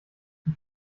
ich